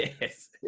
yes